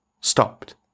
stopped